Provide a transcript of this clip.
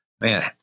man